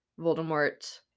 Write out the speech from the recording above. voldemort